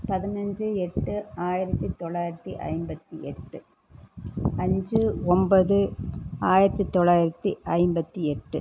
பதினைஞ்சி எட்டு ஆயிரத்து தொள்ளாயிரத்து ஐம்பத்து எட்டு அஞ்சு ஒம்பது ஆயிரத்து தொள்ளாயிரத்து ஐம்பத்து எட்டு